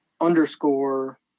underscore